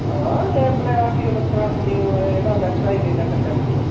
हां अपने आरटीओ दफ्तरा रोड़ आया थल्लै नेशनल हाईवे दे कन्नै बिल्कुल